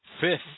fifth